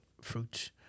fruits